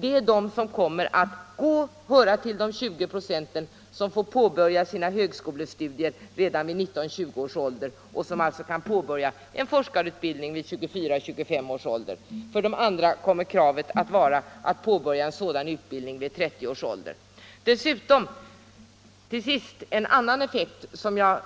Det är de som tillhör de 20 96 som får påbörja sina högskolestudier redan vid 19 eller 20 års ålder och som alltså kan påbörja forskarutbildningen vid 24 eller 25 års ålder. För de andra kommer det att krävas att de påbörjar en sådan utbildning vid 30 års ålder. Ytterligare en effekt, som jag